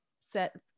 set